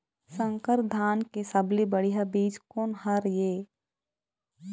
संकर धान के सबले बढ़िया बीज कोन हर ये?